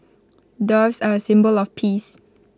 doves are A symbol of peace